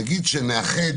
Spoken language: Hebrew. נגיד שנאחד